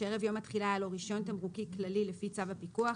שערב יום התחילה היה לו רישיון תמרוקים כללי לפי צו הפיקוח,